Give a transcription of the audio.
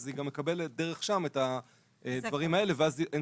היא גם מקבלת דרך שם את הדברים האלה ואז אין